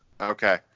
Okay